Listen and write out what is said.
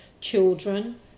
children